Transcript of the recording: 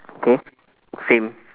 okay same